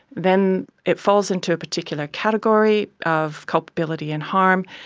then it falls into a particular category of culpability and harm,